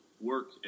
work